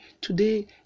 today